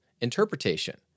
interpretation